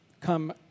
come